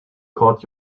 caught